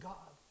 God